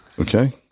okay